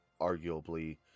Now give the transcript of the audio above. arguably